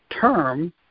term